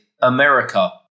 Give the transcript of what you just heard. America